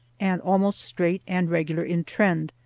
and almost straight and regular in trend,